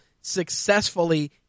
successfully